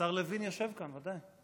השר לוין יושב כאן, ודאי.